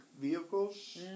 vehicles